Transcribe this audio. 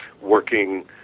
working